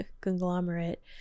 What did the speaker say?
conglomerate